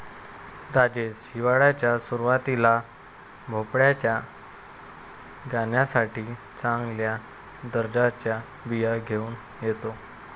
राजेश हिवाळ्याच्या सुरुवातीला भोपळ्याच्या गाण्यासाठी चांगल्या दर्जाच्या बिया घेऊन येतो